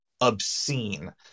obscene